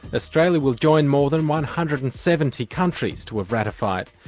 australia will join more than one hundred and seventy countries to have ratified.